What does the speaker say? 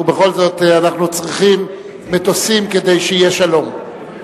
ובכל זאת אנחנו צריכים מטוסים כדי שיהיה שלום.